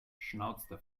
schnauzte